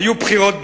היו בחירות בישראל."